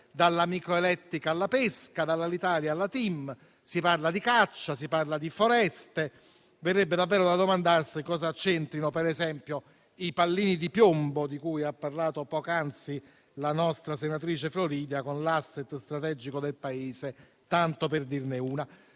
dalla micro-elettrica alla pesca, dall'Alitalia alla TIM. Si parla di caccia, si parla di foreste; verrebbe davvero da domandarsi cosa c'entrino, per esempio, i pallini di piombo, di cui ha parlato poc'anzi la nostra senatrice Floridia, con l'*asset* strategico del Paese, tanto per dirne una.